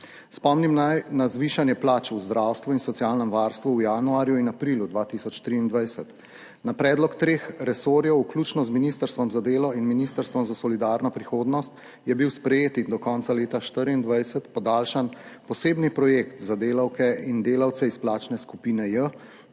Spomnim naj na zvišanje plač v zdravstvu in socialnem varstvu v januarju in aprilu 2023. Na predlog treh resorjev, vključno z Ministrstvom za delo in Ministrstvom za solidarno prihodnost, je bil sprejet in do konca leta 2024 podaljšan posebni projekt za delavke in delavce iz plačne skupine J,